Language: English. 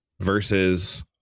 versus